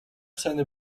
seiner